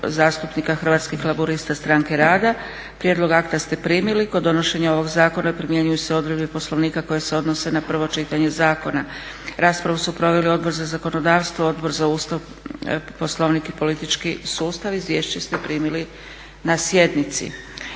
zastupnika Hrvatskih laburista – Stranke rada; Prijedlog akta ste primili. Kod donošenja ovoga Zakona primjenjuju se odredbe Poslovnika koje se odnose na prvo čitanje zakona. Raspravu su proveli Odbor za zakonodavstvo, Odbor za zakonodavstvo, Odbor za Ustav, Poslovnik i politički sustav. Izvješće ste primili na sjednici.